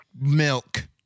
milk